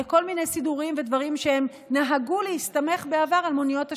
לכל מיני סידורים ודברים שבהם הם נהגו להסתמך בעבר על מוניות השירות.